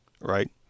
Right